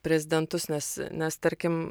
prezidentus nes nes tarkim